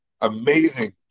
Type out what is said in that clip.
amazing